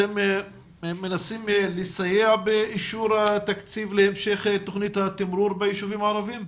אתם מנסים לסייע באישור התקציב להמשך תכנית התמרור בישובים הערביים?